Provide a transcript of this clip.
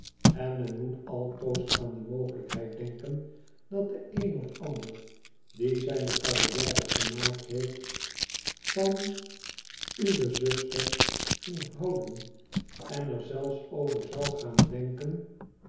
ten men moet altoos aan de mogelijkheid denken dat de een of ander die zijne carrière gemaakt heeft van uwe zuster ging houden en er zel over zou gaan denken